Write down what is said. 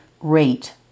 rate